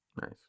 Nice